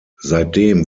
seitdem